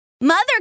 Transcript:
Mother